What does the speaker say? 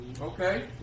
Okay